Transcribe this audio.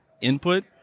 input